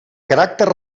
caràcter